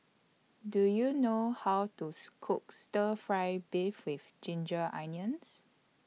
Do YOU know How to Cook Stir Fry Beef with Ginger Onions